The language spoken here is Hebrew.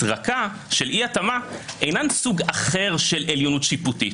רכה של אי התאמה אינן סוג אחר של עליונית שיפוטית.